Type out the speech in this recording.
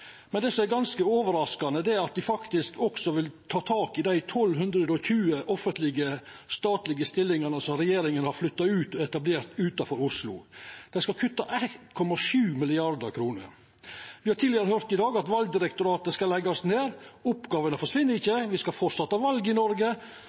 Men det som er ganske overraskande, er at dei faktisk også vil ta tak i dei 1 220 offentlege og statlege stillingane som regjeringa har flytta ut og etablert utanfor Oslo. Dei skal kutta 1,7 mrd. kr. Me har tidlegare i dag høyrt at Valdirektoratet skal leggjast ned. Oppgåvene forsvinn